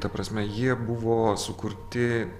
ta prasme jie buvo sukurti